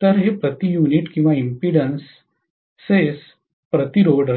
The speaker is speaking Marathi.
तर हे प्रति युनिट किंवा इम्पीडेन्सेस प्रतिरोध